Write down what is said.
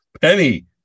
Penny